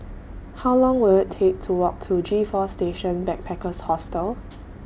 How Long Will IT Take to Walk to G four Station Backpackers Hostel